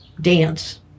dance